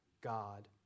God